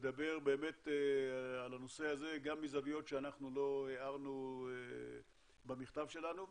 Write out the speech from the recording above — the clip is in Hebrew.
לדבר באמת על הנושא הזה גם מזוויות שאנחנו לא הארנו במכתב שלנו.